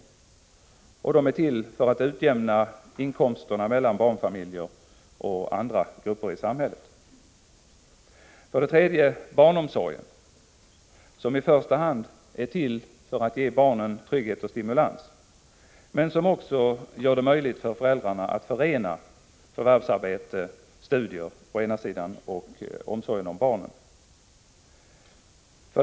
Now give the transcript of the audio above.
Dessa bidrag är till för att utjämna skillnaderna i inkomster mellan barnfamiljer och andra grupper i samhället. Den tredje hörnstenen är barnomsorgen, som i första hand är till för attge — Prot. 1985/86:43 barnen trygghet och stimulans men som också gör det möjligt för föräldrarna — 4 december 1985 att förena förvärvsarbete och studier å ena sidan och omsorgen om barnen å andra sidan.